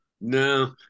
No